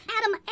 Adam